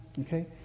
Okay